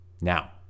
Now